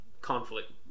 conflict